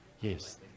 Yes